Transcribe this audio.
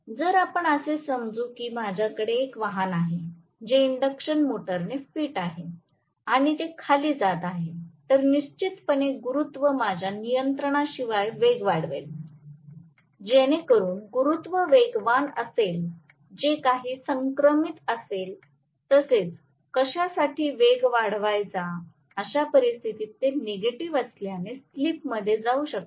जर आपण असे समजू की माझ्याकडे एक वाहन आहे जे इंडक्शन मोटरने फिट आहे आणि ते खाली जात आहे तर निश्चितपणे गुरुत्व माझ्या नियंत्रणाशिवाय वेग वाढवेल जेणेकरून गुरुत्व वेगवान असेल जे काही समक्रमित असेल तसेच कशासाठी वेग वाढवायचा अशा परिस्थितीत ते नेगेटिव्ह असल्याने स्लिपमध्ये जाऊ शकते